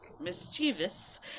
mischievous